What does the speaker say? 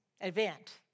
event